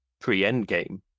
pre-Endgame